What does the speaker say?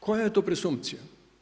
Koja je to presumpcija?